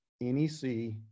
NEC